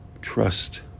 Trust